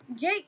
Jake